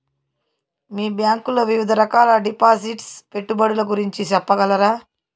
మీ bank లో వివిధ రకాల డిపాసిట్స్, పెట్టుబడుల గురించి సెప్పగలరా?